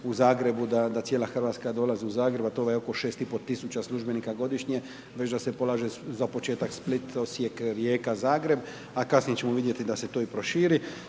u Zagrebu, da cijela Hrvatska dolazi u Zagreb, a to je oko 6,5 tisuća službenika godišnje, već da se polaže za početak, Split, Osijek, Rijeka, Zagreb, a kasnije ćemo vidjeti da se to i proširi